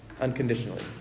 unconditionally